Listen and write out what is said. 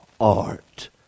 art